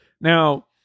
Now